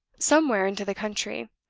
somewhere into the country.